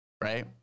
right